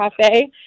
Cafe